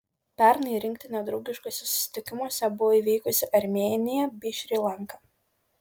pernai rinktinė draugiškuose susitikimuose buvo įveikusi armėniją bei šri lanką